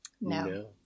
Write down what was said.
No